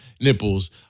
nipples